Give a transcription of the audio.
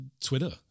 Twitter